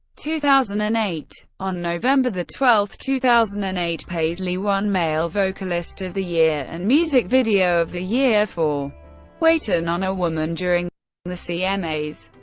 two thousand and eight. on november twelve, two thousand and eight, paisley won male vocalist of the year and music video of the year for waitin' on a woman during the cmas.